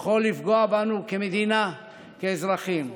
יכול לפגוע בנו כמדינה, כאזרחים.